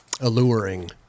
alluring